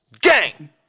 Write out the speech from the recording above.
Gang